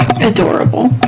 Adorable